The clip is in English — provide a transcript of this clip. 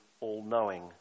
all-knowing